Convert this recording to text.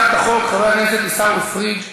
יציג את הצעת החוק חבר הכנסת עיסאווי פריג',